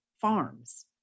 farms